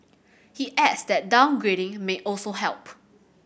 he adds that downgrading may also help